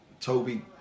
Toby